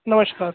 नमस्कार